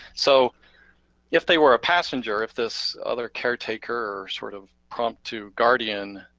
so if they were a passenger, if this other caretaker or sort of impromptu guardian